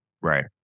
Right